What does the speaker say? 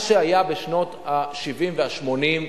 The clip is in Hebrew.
מה שהיה בשנות ה-70 וה-80,